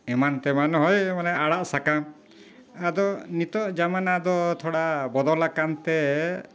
ᱮᱢᱟᱱ ᱛᱮᱢᱟᱱ ᱦᱳᱭ ᱢᱟᱱᱮ ᱟᱲᱟᱜ ᱥᱟᱠᱟᱢ ᱟᱫᱚ ᱱᱤᱛᱳᱜ ᱡᱟᱢᱟᱱᱟ ᱫᱚ ᱛᱷᱚᱲᱟ ᱵᱚᱫᱚᱞᱟᱠᱟᱱ ᱛᱮ